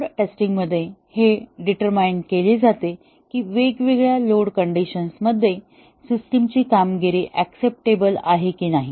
load testing मध्ये हे determine केले जाते की वेगवेगळ्या लोड कंडिशन मध्ये सिस्टमची कामगिरी अक्सेप्टेबल आहे की नाही